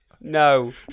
No